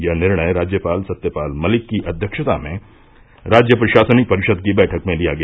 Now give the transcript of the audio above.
यह निर्णय राज्यपाल सत्यपाल मलिक की अध्यक्षता में राज्य प्रशासनिक परिषद की बैठक में लिया गया